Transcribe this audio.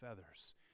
feathers